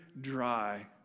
dry